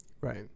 Right